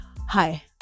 Hi